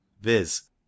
viz